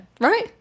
right